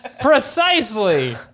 Precisely